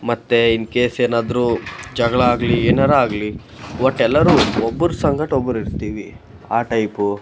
ಮತ್ತು ಇನ್ಕೇಸ್ ಏನಾದರು ಜಗಳ ಆಗಲಿ ಏನಾರ ಆಗಲಿ ಒಟ್ಟು ಎಲ್ಲರೂ ಒಬ್ರ ಸಂಗಟ ಒಬ್ರ ಇರ್ತೀ ಆ ಟೈಪು